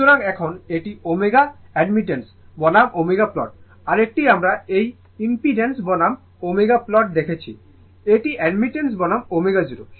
সুতরাং এখন এটি ω অ্যাডমিটেন্স বনাম ω প্লট আরেকটি আমরা এই ইমপিড্যান্স বনাম ω প্লট দেখেছি এটি অ্যাডমিটেন্স বনাম ω0